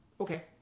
Okay